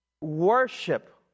Worship